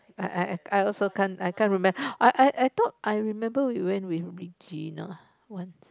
I I I I also can't I can't remember I I I thought I remember we went with Regina once